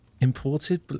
Imported